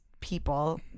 people